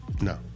No